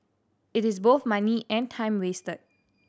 it is both money and time wasted